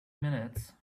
minutes